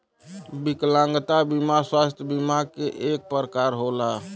विकलागंता बिमा स्वास्थ बिमा के एक परकार होला